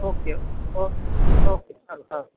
okay okay okay સારું સારું